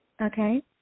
Okay